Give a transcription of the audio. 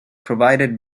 provided